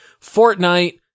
Fortnite